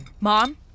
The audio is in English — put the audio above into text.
Mom